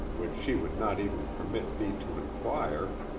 which she would not even permit thee to inquire,